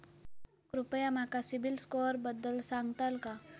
कृपया माका सिबिल स्कोअरबद्दल सांगताल का?